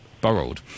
borrowed